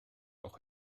auch